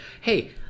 hey